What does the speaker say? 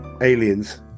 Aliens